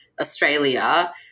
Australia